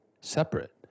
separate